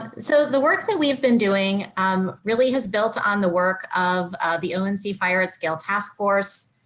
so the work that we've been doing um really has built on the work of the dnc fire at scale task force.